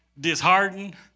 disheartened